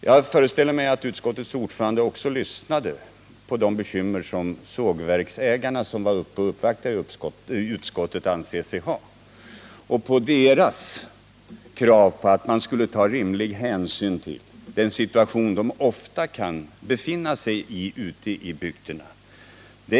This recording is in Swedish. Jag föreställer mig att även utskottets ordförande lyssnade till de bekymmer som sågverksägarna, som var här och uppvaktade utskottet, anser sig ha samt till deras krav på att man skulle ta rimlig hänsyn till den situation de ofta kan befinna sig i ute i bygderna.